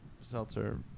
Seltzer